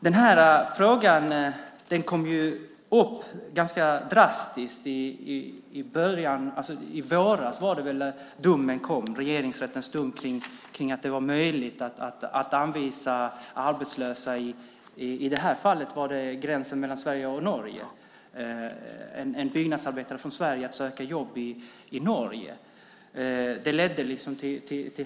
Den här frågan dök upp i våras när Regeringsrättens dom kom om hur det var möjligt att anvisa arbetslösa - i det fallet gällde det gränsen mellan Sverige och Norge, en byggnadsarbetare från Sverige som sökte jobb i Norge.